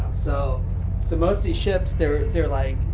so so mostly ships, they're they're like,